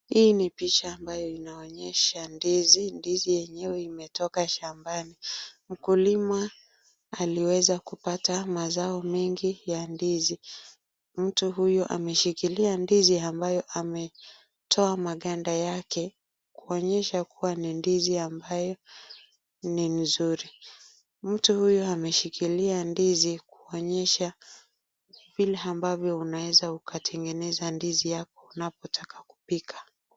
Hii ni picha ambayo inaonyesha ndizi, ndizi yenyewe imetoka shambani , mkulima aliweza kupata mazao mengi ya ndizi, mtu huyu ameshikilia ndizi ambayo ametoa maganda yake kuonyesha kuwa ni ndizi ambayo ni mzuri, mtu huyu ameshikilia ndizi kuonyesha vile ambavyo unaweza tengeneza ndizi yako unapotaka kupika.